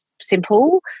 simple